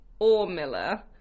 Ormiller